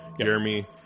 Jeremy